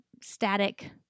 static